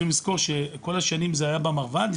לזכור שכל השנים זה היה במרב"ד,